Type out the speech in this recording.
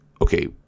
Okay